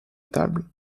table